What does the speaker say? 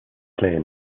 playing